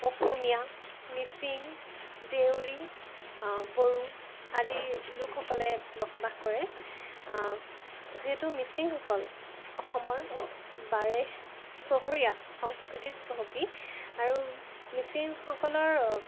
অসমীয়া মিচিং দেউৰী বড়ো আদি লোকসকলে বসবাস কৰে যিহেতু মিচিংসকল অসমৰ বাৰে চহৰীয়া সংস্কৃতিত চহকী আৰু মিচিংসকলৰ